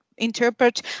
interpret